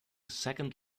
second